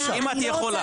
אם את יכולה.